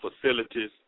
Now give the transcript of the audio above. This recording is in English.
facilities